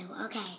okay